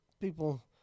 people